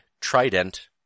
trident